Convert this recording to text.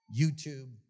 YouTube